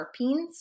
terpenes